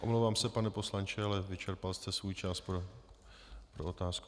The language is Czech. Omlouvám se, pane poslanče, ale vyčerpal jste svůj čas pro otázku.